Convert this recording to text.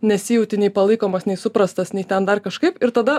nesijauti nei palaikomas nei suprastas nei ten dar kažkaip ir tada